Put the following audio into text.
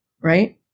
Right